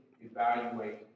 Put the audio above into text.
evaluate